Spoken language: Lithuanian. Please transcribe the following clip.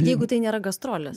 jeigu tai nėra gastrolės